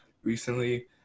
Recently